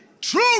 true